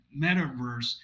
metaverse